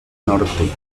norte